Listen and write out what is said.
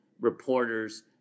reporters